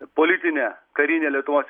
politinė karinė lietuvos